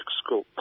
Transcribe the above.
school